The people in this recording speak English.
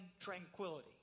tranquility